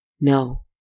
No